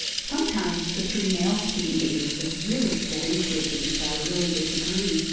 sometimes the three male student leaders would really get into it with each other, really disagree.